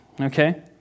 Okay